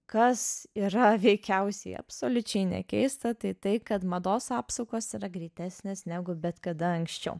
kas yra veikiausiai absoliučiai nekeista tai tai kad mados apsukos yra greitesnės negu bet kada anksčiau